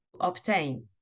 obtain